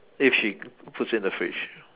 if she puts in the fridge